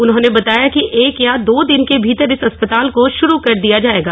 उन्होने बताया कि एक या दो दिन के भीतर इस अस्पताल को शुरू कर दिया जायेगा